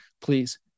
please